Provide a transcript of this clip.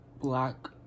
Black